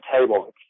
table